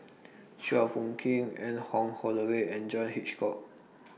Chua Phung Kim Anne Wong Holloway and John Hitchcock